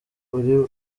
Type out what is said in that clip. uri